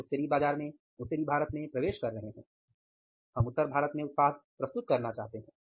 हम उत्तरी भारत में प्रवेश कर रहे हैं हम उत्तर भारत में उत्पाद प्रस्तुत करना चाहते हैं